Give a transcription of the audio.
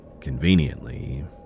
Conveniently